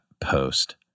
post